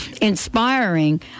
inspiring